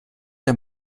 der